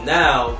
now